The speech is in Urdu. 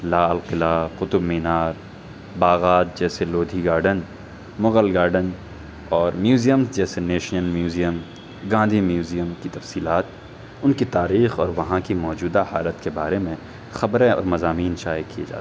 لال قلعہ قطب مینار باغات جیسے لودھی گارڈن مغل گارڈن اور میوزیم جیسے نیشین میوزیم گاندھی میوزیم کی تفصیلات ان کی تاریخ اور وہاں کی موجودہ حالت کے بارے میں خبریں اور مضامین شائع کیے جاتے ہیں